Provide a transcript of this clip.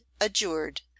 adjured